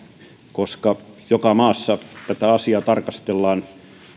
koska joka maassa tätä asiaa tarkastellaan